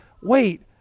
wait